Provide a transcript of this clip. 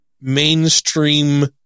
mainstream